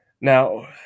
now